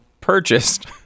purchased